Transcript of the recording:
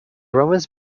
romans